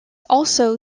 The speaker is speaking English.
also